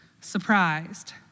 surprised